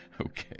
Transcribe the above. Okay